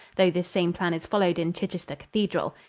though this same plan is followed in chichester cathedral.